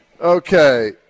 Okay